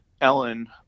Ellen